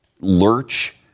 lurch